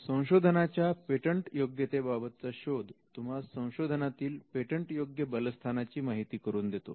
संशोधनाच्या पेटंट योग्यते बाबतचा शोध तुम्हास संशोधनातील पेटंट योग्य बलस्थाना ची माहिती करून देतो